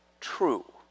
true